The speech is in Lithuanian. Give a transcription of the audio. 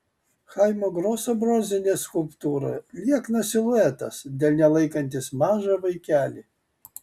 chaimo groso bronzinė skulptūra lieknas siluetas delne laikantis mažą vaikelį